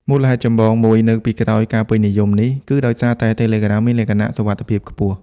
មូលហេតុចម្បងមួយនៅពីក្រោយការពេញនិយមនេះ គឺដោយសារតែ Telegram មានលក្ខណៈ សុវត្ថិភាពខ្ពស់។